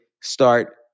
start